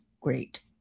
great